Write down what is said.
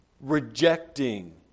rejecting